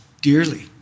dearly